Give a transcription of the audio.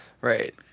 Right